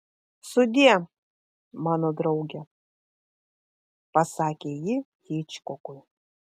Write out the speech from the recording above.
sudie mano drauge pasakė ji hičkokui